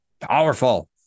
Powerful